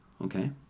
okay